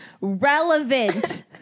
RELEVANT